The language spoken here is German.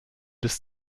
bis